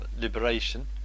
liberation